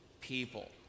people